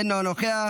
אינו נוכח,